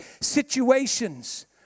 situations